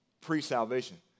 pre-salvation